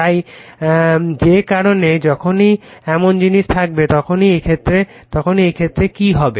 তাই যে কারণে যখনই এমন জিনিস থাকবে তখনই এই ক্ষেত্রে কী হবে